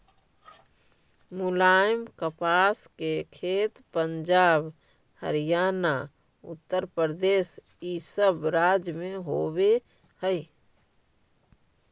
मुलायम कपास के खेत पंजाब, हरियाणा, उत्तरप्रदेश इ सब राज्य में होवे हई